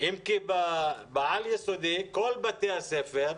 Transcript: אם כי בעל יסודי כל בתי הספר,